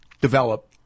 develop